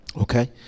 Okay